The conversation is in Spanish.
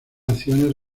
acciones